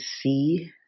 see